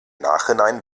nachhinein